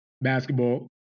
Basketball